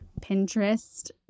Pinterest